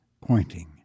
pointing